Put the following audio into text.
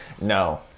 No